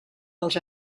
dels